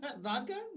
Vodka